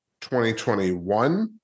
2021